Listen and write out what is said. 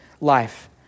life